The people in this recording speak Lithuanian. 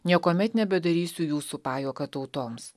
niekuomet nebedarysiu jūsų pajuoka tautoms